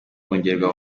kongererwa